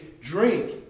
drink